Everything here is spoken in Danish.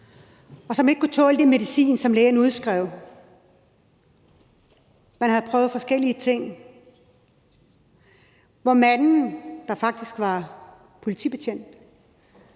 og som ikke kunne tåle den medicin, lægen udskrev. Man havde prøvet forskellige ting, og hendes mand, der faktisk var politibetjent,